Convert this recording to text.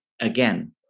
again